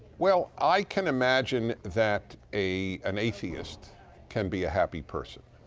well, i can imagine that a an atheist can be a happy person,